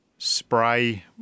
spray